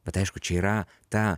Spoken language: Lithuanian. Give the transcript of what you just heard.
bet aišku čia yra ta